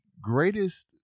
greatest